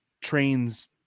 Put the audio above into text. trains –